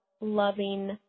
loving